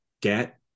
get